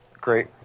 Great